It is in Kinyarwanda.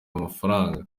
amafaranga